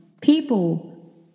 people